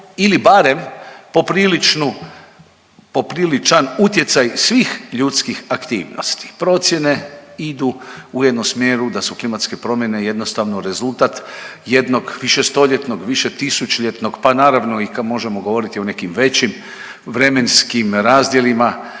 popriličnu, popriličan utjecaj svih ljudskih aktivnosti. Procjene idu u jednom smjeru da su klimatske promjene jednostavno rezultat jednog višestoljetnog, višetisućljetnog, pa naravno i to možemo govoriti o nekim većim vremenskim razdjelima